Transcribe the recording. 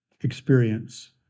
experience